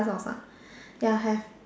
dogs ah ya have